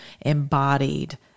embodied